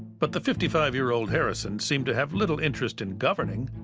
but the fifty five year old harrison seemed to have little interest in governing,